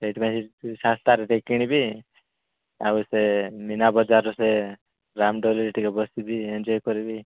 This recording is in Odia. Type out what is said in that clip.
ସେଇଥିପାଇଁ ଶସ୍ତାରେ ଟିକେ କିଣିବି ଆଉ ସେ ମୀନାବଜାରର ସେ ରାମ ଦୋଳିରେ ଟିକେ ବସିବି ଏନଜୟ୍ କରିବି